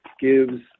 gives